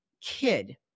kid